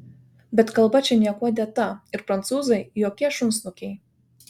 bet kalba čia niekuo dėta ir prancūzai jokie šunsnukiai